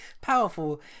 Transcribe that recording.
powerful